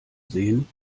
sehen